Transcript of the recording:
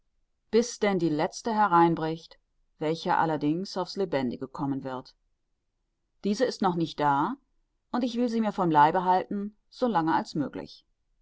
bis denn die letzte hereinbricht welche allerdings auf's lebendige kommen wird diese ist noch nicht da und ich will sie mir vom leibe halten so lange als möglich